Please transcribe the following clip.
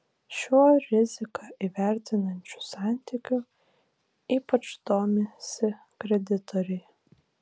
šiuo riziką įvertinančiu santykiu ypač domisi kreditoriai